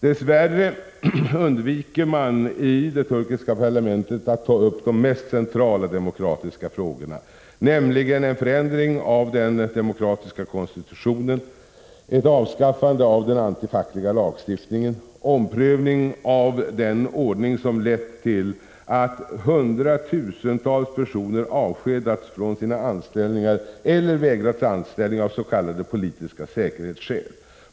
Dess värre undviker man i det turkiska parlamentet att ta upp de mest centrala demokratiska frågorna, nämligen en förändring av den odemokratiska konstitutionen, ett avskaffande av den antifackliga lagstiftningen, en omprövning av den ordning som lett till att hundratusentals personer avskedats från sina anställningar eller vägrats anställning av s.k. politiska säkerhetsskäl.